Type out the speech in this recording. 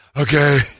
Okay